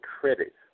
credit